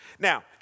Now